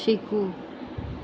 શીખવું